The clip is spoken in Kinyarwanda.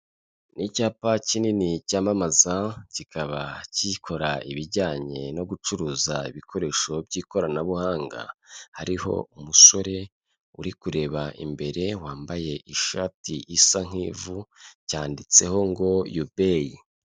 Ni icyapa kinini cyamamaza, kikaba kikora ibijyanye no gucuruza ibikoresho by'ikoranabuhanga, hariho umusore uri kureba imbere wambaye ishati isa nk'ivu cyanditseho ngo YUBEYI.